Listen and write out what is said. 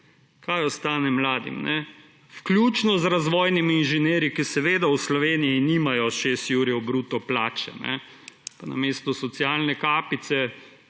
Kaj ostane mladim, vključno z razvojnimi inženirji, ki seveda v Sloveniji nimajo 6 jurjev bruto plače, pa namesto socialne kapice,